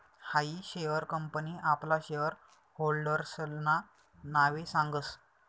हायी share company आपला share होल्डर्सना नावे सांगस